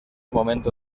momento